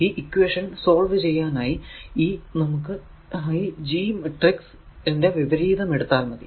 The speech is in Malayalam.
ഈ ഇക്വേഷൻ സോൾവ് ചെയ്യാനായി ഈ നമുക്ക് G മാട്രിക്സ് ന്റെ വിപരീതം എടുത്താൽ മതി